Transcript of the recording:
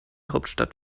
hauptstadt